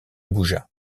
bougea